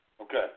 Okay